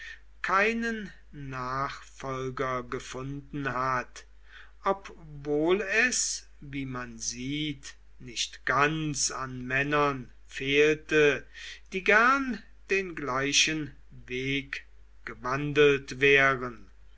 keinen nachfolger gefunden hat obwohl es wie man sieht nicht ganz an männern fehlte die gern den gleichen weg gewandelt wären